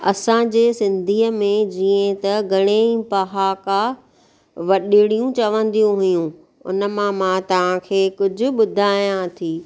असांजे सिंधीअ में जीअं त घणे ई पहाका वॾिड़ियूं चवंदियूं हुयूं उनमां मां कुझु ॿुधायां थी